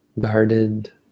guarded